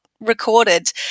recorded